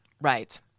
Right